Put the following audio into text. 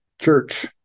church